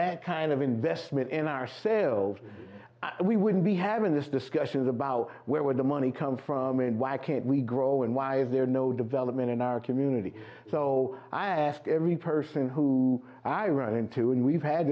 that kind of investment in ourselves we wouldn't be having this discussion is about where the money come from and why can't we grow and why is there no development in our community so i ask every person who i run into and we've had